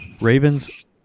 Ravens